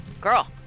girl